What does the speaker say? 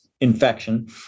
infection